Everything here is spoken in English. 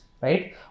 right